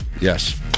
Yes